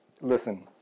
listen